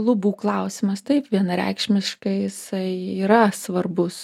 lubų klausimas taip vienareikšmiškai jisai yra svarbus